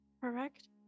correct